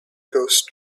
ghost